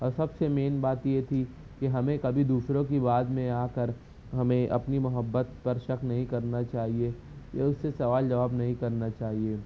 اور سب سے مین بات یہ تھی کہ ہمیں کبھی دوسروں کی بات میں آ کر ہمیں اپنی محبت پر شک نہیں کرنا چاہیے یا اس سے سوال جواب نہیں کرنا چاہیے